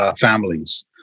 families